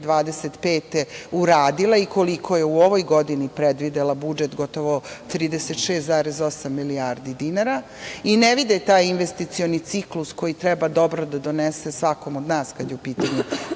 2025“ uradila i koliko je u ovoj godini predvidela budžeta gotovo 36,8 milijardi dinara i ne vide taj investicioni ciklus koji treba dobro da donese svakom od nas kada je u pitanju